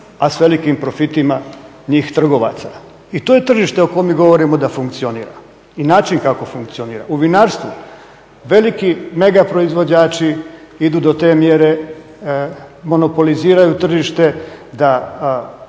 a sa velikim profitima njih trgovaca. I to je tržište o kojem mi govorimo da funkcionira i način na koji funkcionira. U vinarstvu veliki mega proizvođači idu do te mjere, monopoliziraju tržište da